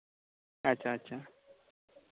ᱟᱪᱪᱷᱟ ᱟᱪᱪᱷᱟ